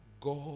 God